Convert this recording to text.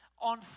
on